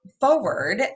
forward